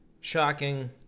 shocking